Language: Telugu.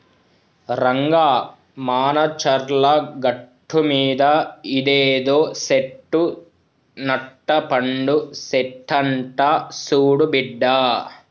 రంగా మానచర్ల గట్టుమీద ఇదేదో సెట్టు నట్టపండు సెట్టంట సూడు బిడ్డా